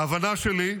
ההבנה שלי,